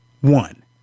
one